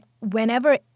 whenever